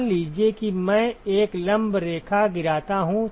मान लीजिए कि मैं एक लंब रेखा गिराता हूं